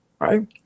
right